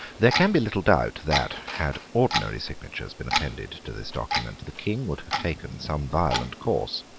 there can be little doubt that, had ordinary signatures been appended to this document, the king would have taken some violent course.